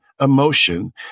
emotion